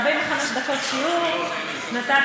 45 דקות שיעור נתת,